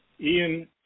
Ian